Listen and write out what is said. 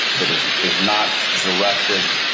that is is not directed,